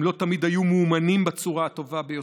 הם לא תמיד היו מאומנים בצורה הטובה ביותר,